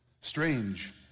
strange